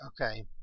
okay